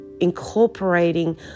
incorporating